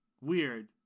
Weird